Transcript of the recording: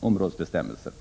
områdesbestämmelser.